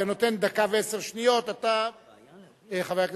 כי אני נותן דקה ועשר שניות,